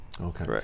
Okay